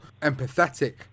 empathetic